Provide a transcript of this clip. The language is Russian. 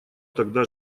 тогда